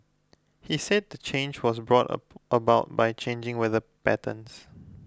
he said the change was brought about by changing weather patterns